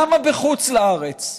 למה בחוץ-לארץ?